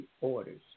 orders